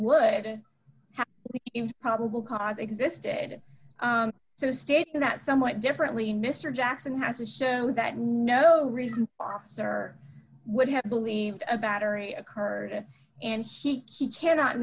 would have probable cause existed so to state that somewhat differently mr jackson has to show that no reason officer would have believed a battery occurred and he key cannot